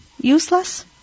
useless